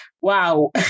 Wow